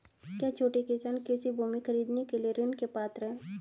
क्या छोटे किसान कृषि भूमि खरीदने के लिए ऋण के पात्र हैं?